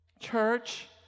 Church